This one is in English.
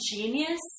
genius